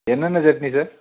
என்னென்ன சட்னி சார்